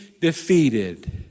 defeated